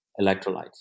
electrolytes